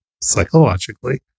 psychologically